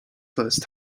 first